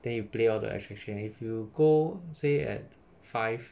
then you play all the attraction if you go say at five